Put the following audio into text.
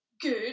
good